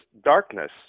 darkness